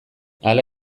hala